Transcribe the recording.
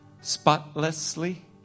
spotlessly